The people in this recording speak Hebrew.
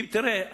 תראה,